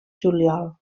juliol